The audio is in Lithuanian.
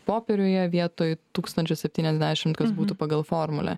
popieriuje vietoj tūkstančio septyniasdešimt kas būtų pagal formulę